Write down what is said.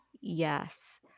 Yes